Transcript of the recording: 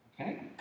Okay